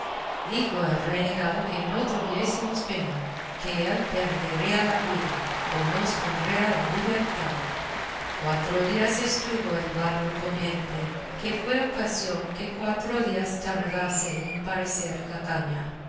dijo el renegado que no tuviésemos pena que él perdería la vida o nos pondría en libertad cuatro días estuvo el baño con gente que fue ocasión que cuatro días tardase en parecer la caña